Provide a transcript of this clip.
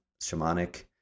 shamanic